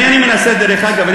דרך אגב,